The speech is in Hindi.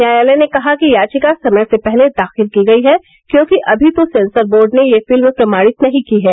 न्यायालय ने कहा कि याचिका समय से पहले दाखिल की गई है क्योंकि अभी तो सेंसर बोर्ड ने यह फिल्म प्रमाणित नही की है